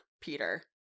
Peter